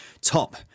top